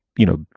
you know,